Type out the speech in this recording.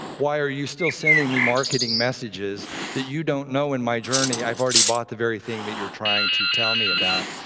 why are you still sending me marketing messages that you don't know in my journey i've already bought the very thing that trying to tell me about?